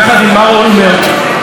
אז היא כבר הייתה במפלגה אחרת,